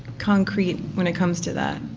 concrete when it comes to that.